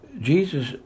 Jesus